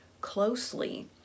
closely